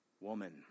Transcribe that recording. woman